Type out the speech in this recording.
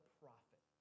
prophet